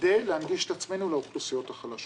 כדי להנגיש את עצמנו לאוכלוסיות החלשות.